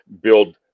build